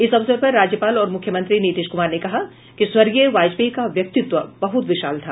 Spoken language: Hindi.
इस अवसर पर राज्यपाल और मुख्यमंत्री नीतीश कुमार ने कहा कि स्वर्गीय वाजपेयी का व्यक्तित्व बहूत विशाल था